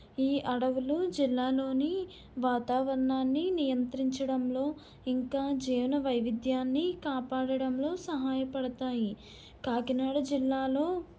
ఈ అడవులు జిల్లాలోని వాతావరణాన్ని నియంత్రించడంలో ఇంకా జీవన వైవిధ్యాన్ని కాపాడడంలో సహాయపడతాయి కాకినాడ జిల్లాలో